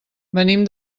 venim